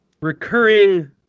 recurring